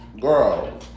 Girl